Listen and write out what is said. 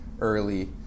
early